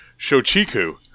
Shochiku